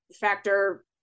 factor